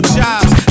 jobs